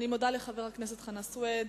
אני מודה לחבר הכנסת חנא סוייד.